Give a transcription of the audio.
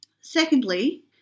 Secondly